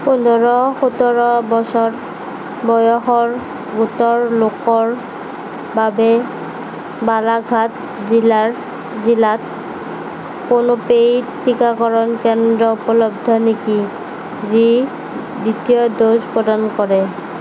পোন্ধৰ সোতৰ বছৰ বয়সৰ গোটৰ লোকৰ বাবে বালাঘাট জিলাৰ জিলাত কোনো পেইড টিকাকৰণ কেন্দ্ৰ উপলব্ধ নেকি যি দ্বিতীয় ড'জ প্ৰদান কৰে